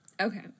Okay